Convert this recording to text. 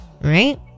Right